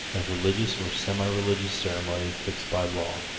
a religious or semi-religious ceremony fixed by law,